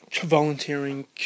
volunteering